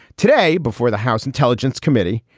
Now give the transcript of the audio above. today before the house intelligence committee,